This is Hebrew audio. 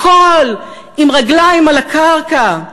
הכול עם רגליים על הקרקע,